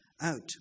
out